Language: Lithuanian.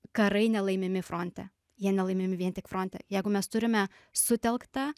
karai nelaimimi fronte jie nelaimimi vien tik fronte jeigu mes turime sutelktą